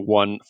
one